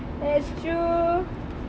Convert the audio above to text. that's true